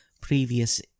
previous